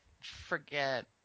forget